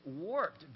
warped